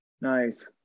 Nice